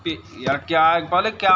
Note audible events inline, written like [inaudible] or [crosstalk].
ਭੇਜਿਆ ਕਿਆ [unintelligible] ਕਿਆ